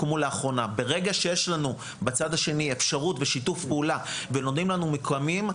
ברגע שיש לנו בצד השני אפשרות ושיתוף פעולה ונותנים לנו מיקומים,